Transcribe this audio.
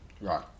Right